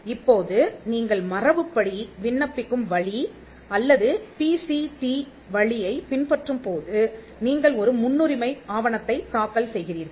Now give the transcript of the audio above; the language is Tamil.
இப்போது நீங்கள் மரபுப்படி விண்ணப்பிக்கும் வழி அல்லது பிசிடி வழியைப் பின்பற்றும்போது நீங்கள் ஒரு முன்னுரிமை ஆவணத்தைத் தாக்கல் செய்கிறீர்கள்